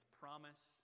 promise